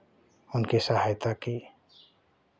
उनके सहायता की